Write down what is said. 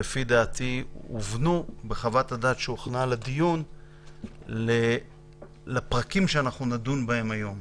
שלפי דעתי הובנו בחוות הדעת שהוכנה לדיון לפרקים שנדון בהם היום.